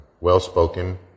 well-spoken